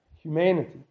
humanity